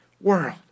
world